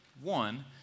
One